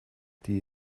die